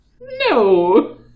No